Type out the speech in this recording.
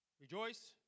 rejoice